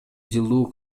жылуу